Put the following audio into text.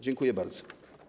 Dziękuję bardzo.